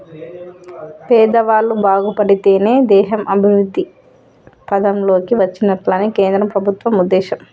పేదవాళ్ళు బాగుపడితేనే దేశం అభివృద్ధి పథం లోకి వచ్చినట్లని కేంద్ర ప్రభుత్వం ఉద్దేశం